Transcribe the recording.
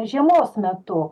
žiemos metu